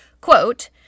quote